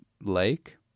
Lake